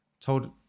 Told